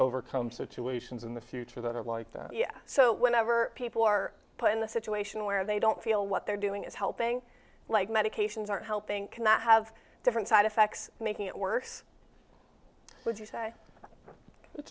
overcome situations in the future that are like that so whenever people are put in the situation where they don't feel what they're doing is helping like medications aren't helping cannot have different side effects making it worse would you say it